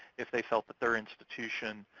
if they felt that their institution,